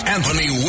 Anthony